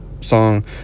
song